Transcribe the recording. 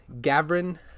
Gavrin